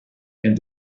and